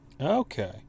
Okay